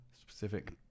Specific